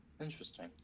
Interesting